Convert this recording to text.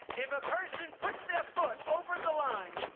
if a person puts their foot over the line,